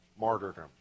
Martyrdom